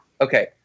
okay